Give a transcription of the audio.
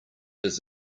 does